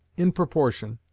in proportion,